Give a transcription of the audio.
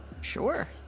Sure